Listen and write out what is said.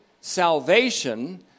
salvation